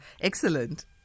excellent